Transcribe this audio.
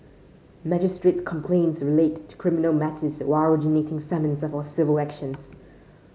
magistrate's complaints relate to criminal matters while originating summons are for civil actions